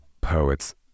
poets